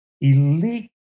elite